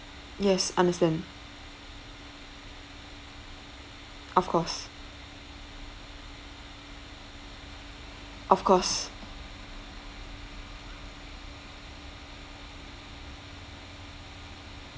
yes understand of course of course